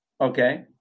Okay